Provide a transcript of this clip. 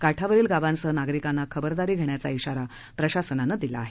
काठावरील गावांसह नागरिकांना खबरदारी घेण्याचा शिवा प्रशासनाने दिला आहे